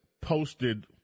posted